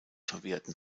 verwerten